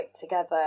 together